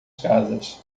casas